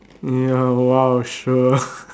ya !wow! sure